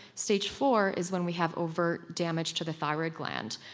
stage four is when we have overt damage to the thyroid gland,